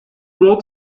road